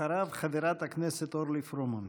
אחריו, חברת הכנסת אורלי פרומן.